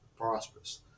prosperous